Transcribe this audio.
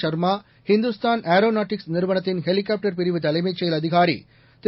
Sharma Hindustan aeronautics நிறுவனத்தின் helicopter பிரிவு தலைமைச் செயல் அதிகாரி திரு